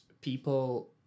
people